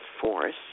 force